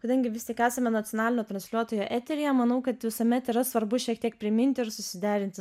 kadangi vis tik esame nacionalinio transliuotojo eteryje manau kad visuomet yra svarbu šiek tiek priminti ir susiderinti